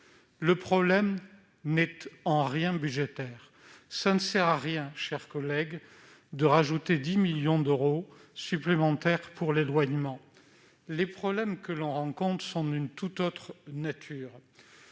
le problème n'est en rien budgétaire ; cela ne sert à rien, mes chers collègues, de consacrer 10 millions d'euros de plus à l'éloignement. Les problèmes que l'on rencontre sont d'une tout autre nature,